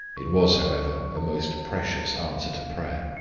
it was however, a most precious answer to prayer.